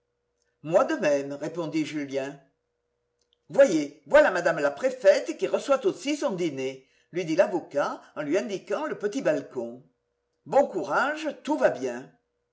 moi de même répondit julien voyez voilà mme la préfète qui reçoit aussi son dîner lui dit l'avocat en lui indiquant le petit balcon bon courage tout va bien